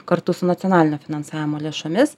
kartu su nacionalinio finansavimo lėšomis